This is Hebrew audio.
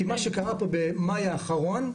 כי מה שקרה פה במאי האחרון,